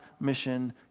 mission